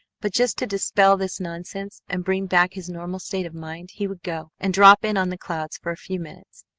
but just to dispel this nonsense and bring back his normal state of mind he would go and drop in on the clouds for a few minutes.